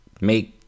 make